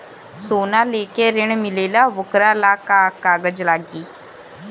सोना लेके ऋण मिलेला वोकरा ला का कागज लागी?